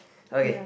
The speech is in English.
okay